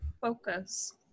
focus